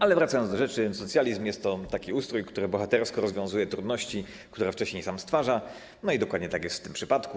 Ale wracając do rzeczy, socjalizm jest to taki ustrój, który bohatersko rozwiązuje trudności, które wcześniej sam stwarza, i dokładnie tak jest w tym przypadku.